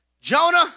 Jonah